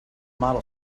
model